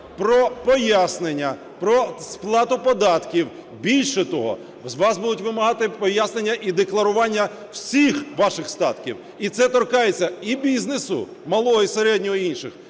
про пояснення, про сплату податків. Більше того, з вас будуть вимагати пояснення і декларування всіх ваших статків, і це торкається і бізнесу (малого, середнього і інших),